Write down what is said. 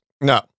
No